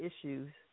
issues